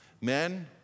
Men